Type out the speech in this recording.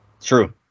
True